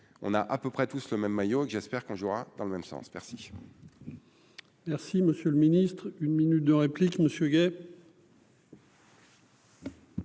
on a à peu près tous le même maillot que j'espère qu'on jouera dans le même sens, merci.